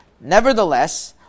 Nevertheless